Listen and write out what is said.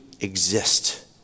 exist